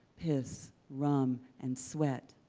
piss, rum, and sweat?